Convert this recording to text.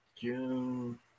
June –